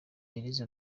belise